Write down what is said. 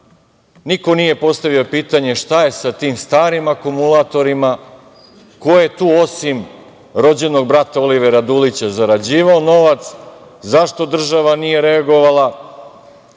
niko nije postavio pitanje šta je sa tim starim akumulatorima, ko je tu osim rođenog brata Olivera Dulića zarađivao novac? Zašto država nije reagovala?